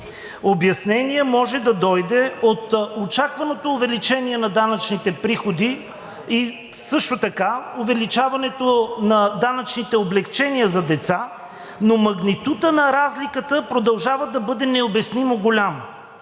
Обяснение може да дойде от очакваното увеличение на данъчните приходи и също така увеличаването на данъчните облекчения за деца, но магнитудът на разликата продължава да бъде необяснимо голям